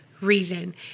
Reason